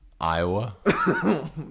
Iowa